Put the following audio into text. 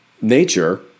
nature